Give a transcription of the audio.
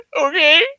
okay